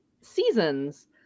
seasons